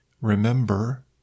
Remember